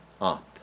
up